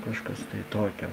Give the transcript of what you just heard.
kažkas tokio